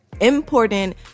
important